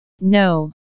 No